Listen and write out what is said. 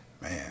Man